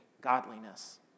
godliness